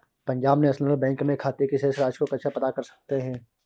Punjab national bank में खाते की शेष राशि को कैसे पता कर सकते हैं?